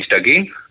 again